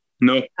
No